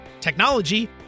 technology